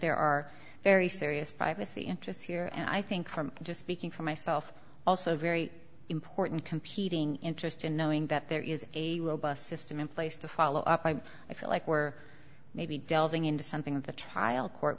there are very serious privacy interests here and i think from just speaking for myself also very important competing interest in knowing that there is a robust system in place to follow up by i feel like we're maybe delving into something that the trial court